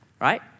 Right